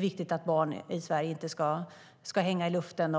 viktigt att barn i Sverige har en vårdnadshavare. Detta ska inte hänga i luften.